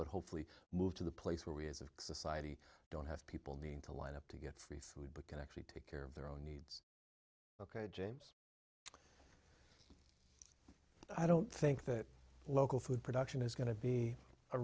but hopefully move to the place where we as a society don't have people needing to line up to get food but can actually take care of their own needs james i don't think that local food production is going to be a